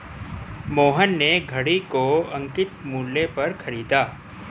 मोहन ने घड़ी को अंकित मूल्य पर खरीदा